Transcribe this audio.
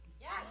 Yes